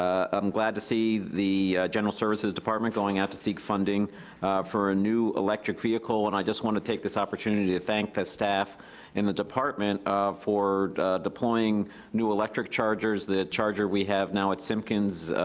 ah i'm glad to see the general services department going out to seek funding for a new electric vehicle, and i just wanna take this opportunity to thank the staff in the department um for deploying new electric chargers. the charger we have now at simkins,